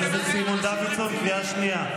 אתם הרי אנשים רציניים.